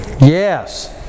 Yes